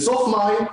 בסוף מאי,